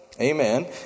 amen